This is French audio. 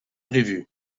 prévu